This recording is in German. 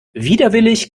widerwillig